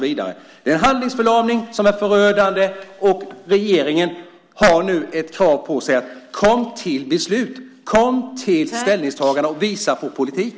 Det är en handlingsförlamning som är förödande. Regeringen har nu ett krav på sig att komma till beslut. Kom till ett ställningstagande och visa på politik!